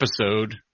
episode